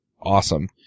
awesome